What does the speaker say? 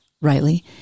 rightly